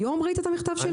היום ראית את המכתב שלי?